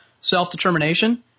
self-determination